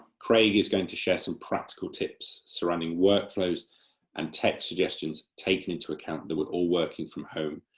craig is going to share some practical tips surrounding work flows and tech suggestions taking into account that we're all working from home,